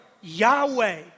Yahweh